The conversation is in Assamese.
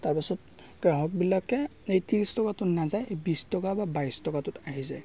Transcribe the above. তাৰপাছত গ্ৰাহকবিলাকে এই ত্ৰিছ টকাতো নাযায় বিশ টকা বা বাইছ টকাটোত আহি যায়